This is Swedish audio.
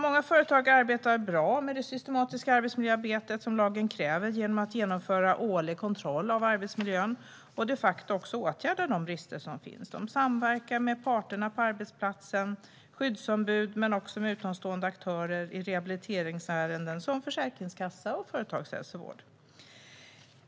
Många företag arbetar bra med det systematiska arbetsmiljöarbete som lagen kräver genom att genomföra årlig kontroll av arbetsmiljön och de facto också åtgärda de brister som finns. De samverkar med parterna på arbetsplatsen, skyddsombud men också utomstående aktörer i rehabiliteringsärenden som Försäkringskassan och företagshälsovård.